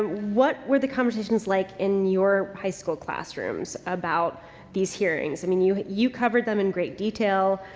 what were the conversations like in your high school classrooms about these hearings? i mean, you, you covered them in great detail.